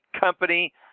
company